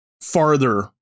farther